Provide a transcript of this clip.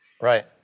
Right